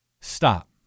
Stop